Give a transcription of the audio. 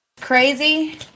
Crazy